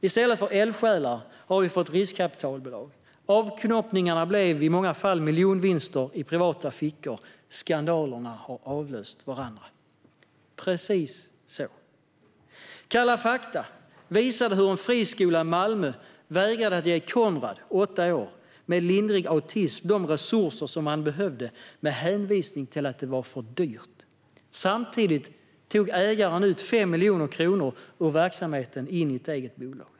I stället för eldsjälar har vi fått riskkapitalbolag. Avknoppningarna blev i många fall miljonvinster i privata fickor. Skandalerna har avlöst varandra." Kalla fakta visade hur en friskola i Malmö vägrade att ge Conrad, 8 år, med lindrig autism de resurser som han behövde med hänvisning till att det var för dyrt. Samtidigt tog ägaren ut 5 miljoner kronor ur verksamheten in i ett eget bolag.